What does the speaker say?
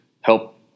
help